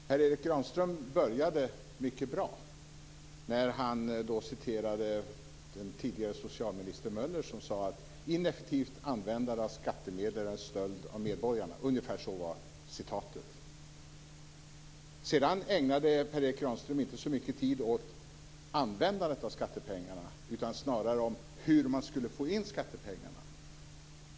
Fru talman! Per Erik Granström började mycket bra när han citerade den tidigare socialministern Möller, som sade att ineffektivt användande av skattemedel är en stöld från medborgarna. Sedan ägnade Per Erik Granström inte så mycket tid åt användandet av skattepengarna, utan det gällde snarare hur man skulle få in skattepengarna.